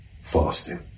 fasting